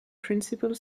principle